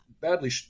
badly